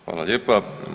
Hvala lijepa.